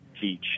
teach